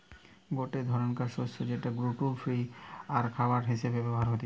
গটে ধরণকার শস্য যেটা গ্লুটেন ফ্রি আরখাবার হিসেবে ব্যবহার হতিছে